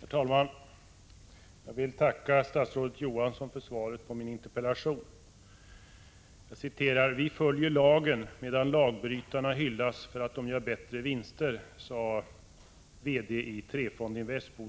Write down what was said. Herr talman! Jag vill tacka statsrådet Johansson för svaret på min interpellation. ”Vi följer lagen medan lagbrytarna hyllas för att de gör bättre vinster”, sade VD i Trefondinvest Bo